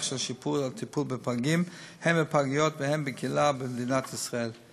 של שיפור הטיפול בפגים הן בפגיות והן בקהילה במדינת ישראל.